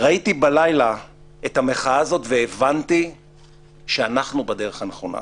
ראיתי בלילה את המחאה הזאת והבנתי שאנחנו בדרך הנכונה.